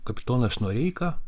kapitonas noreika